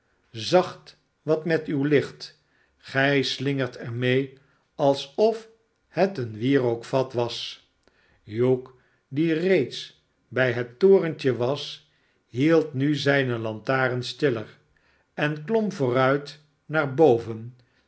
zacht wat met uw licht gij slingert er mee alsof het een wierookvat was hugh die reeds bij het torentje was hield nu zijne lantaren stiller en klom vooruit naar boven